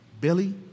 Billy